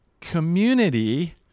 community